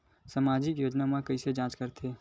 सामाजिक योजना के कइसे जांच करथे?